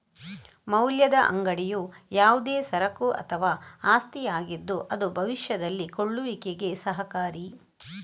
ಮೌಲ್ಯದ ಅಂಗಡಿಯು ಯಾವುದೇ ಸರಕು ಅಥವಾ ಆಸ್ತಿಯಾಗಿದ್ದು ಅದು ಭವಿಷ್ಯದಲ್ಲಿ ಕೊಳ್ಳುವಿಕೆಗೆ ಸಹಕಾರಿ